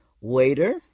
Waiter